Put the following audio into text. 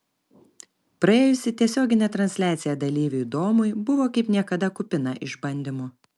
praėjusi tiesioginė transliacija dalyviui domui buvo kaip niekada kupina išbandymų